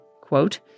quote